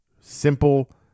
simple